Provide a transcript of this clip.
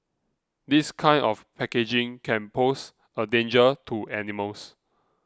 this kind of packaging can pose a danger to animals